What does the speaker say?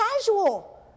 casual